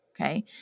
Okay